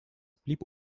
blieb